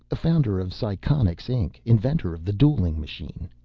founder of psychonics, inc, inventor of the dueling machine.